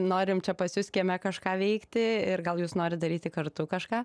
norim čia pas jus kieme kažką veikti ir gal jūs norit daryti kartu kažką